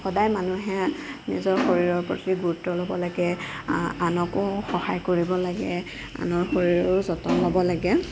সদায় মানুহে নিজৰ শৰীৰৰ প্ৰতি গুৰুত্ব ল'ব লাগে আনকো সহায় কৰিব লাগে আনৰ শৰীৰৰো যতন ল'ব লাগে